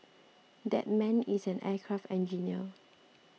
that man is an aircraft engineer